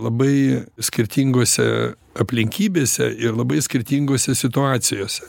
labai skirtingose aplinkybėse ir labai skirtingose situacijose